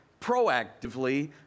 proactively